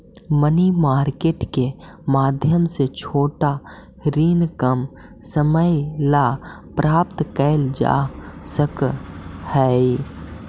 money market के माध्यम से छोटा ऋण कम समय ला प्राप्त कैल जा सकऽ हई